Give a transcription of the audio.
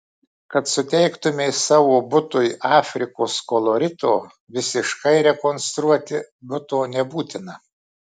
kad suteiktumei savo butui afrikos kolorito visiškai rekonstruoti buto nebūtina